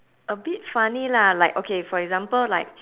a bit funny lah like okay for example like